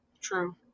True